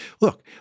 Look